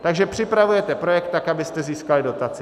Takže připravujete projekt tak, abyste získali dotaci.